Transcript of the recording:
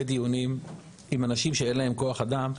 דיונים עם אנשים שאין להם כוח אדם,